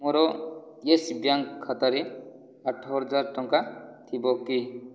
ମୋର Yes Bank ଖାତାରେ ଆଠ ହଜାର ଟଙ୍କା ଥିବ କି